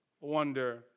wonder